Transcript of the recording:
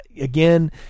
again